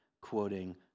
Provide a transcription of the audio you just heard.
quoting